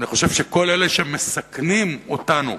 אני חושב שכל אלה שמסכנים אותנו,